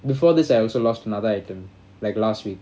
before this I also lost another item like last week